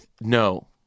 no